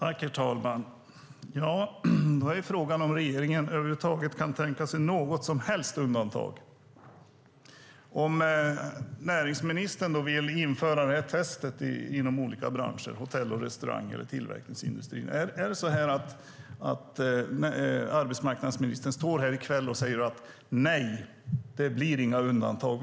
Herr talman! Frågan är om regeringen kan tänka sig något som helst undantag. Om näringsministern vill införa detta test i olika branscher, till exempel i hotell och restaurangnäringen och tillverkningsindustrin, kan arbetsmarknadsministern då säga här i kväll: Nej, det blir inga undantag.